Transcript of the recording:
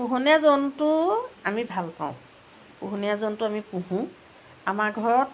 পোহনীয়া জন্তু আমি ভাল পাওঁ পোহনীয়া জন্তু আমি পোহোঁ আমাৰ ঘৰত